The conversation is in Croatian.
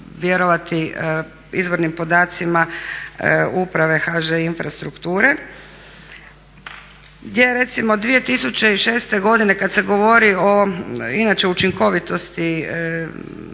vjerovati izvornim podacima Uprave HŽ-Infrastrukture gdje recimo 2006. godine kad se govori o inače učinkovitosti